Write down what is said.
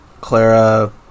Clara